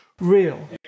real